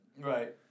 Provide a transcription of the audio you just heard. Right